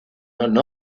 armenio